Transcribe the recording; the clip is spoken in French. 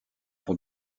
pour